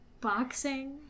boxing